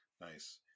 Nice